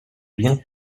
bien